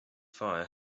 fire